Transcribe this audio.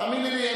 תאמיני לי,